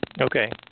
Okay